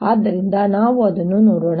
ಆದ್ದರಿಂದ ನಾವು ಅದನ್ನು ನೋಡೋಣ